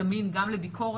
זמין גם לביקורת.